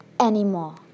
anymore